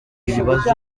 ibibazo